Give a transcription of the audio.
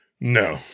No